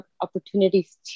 opportunities